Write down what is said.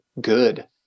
good